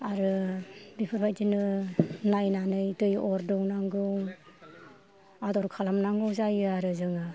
आरो बेफोरबायदिनो नायनानै दै अर दौनांगौ आदर खालामनांगौ जायो आरो जोङो